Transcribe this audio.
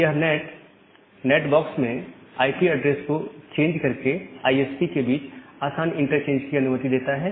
यह NAT NAT box में IP address को चेंज करके आईएसपी के बीच में आसान इंटरचेंज को अनुमति देता है